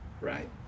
right